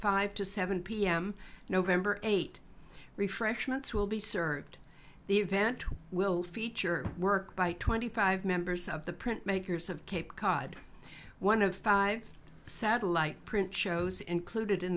five to seven pm november eight refreshments will be served the event will feature work by twenty five members of the print makers of cape cod one of five satellite print shows included in